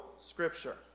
Scripture